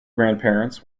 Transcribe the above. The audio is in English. grandparents